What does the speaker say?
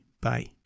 bye